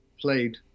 played